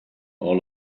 all